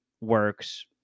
works